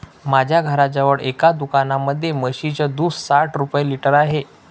माझ्या घराजवळ एका दुकानामध्ये म्हशीचं दूध साठ रुपये लिटर आहे